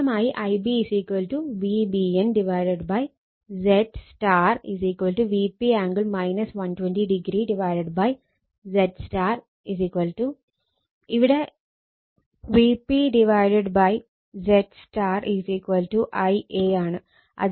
സമാനമായി Ib Vbn ZY Vp angle 120o ZY ഇവിടെ Vp ZY Ia ആണ്